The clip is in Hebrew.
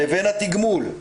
לבין התגמול.